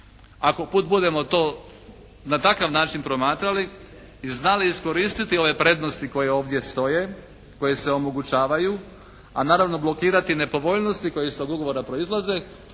Ako put budemo to na takav način promatrali i znali iskoristiti ove prednosti koje ovdje stoje, koje se omogućavaju, a naravno blokirati nepovoljnosti koje iz tog ugovora proizlaze